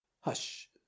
Hush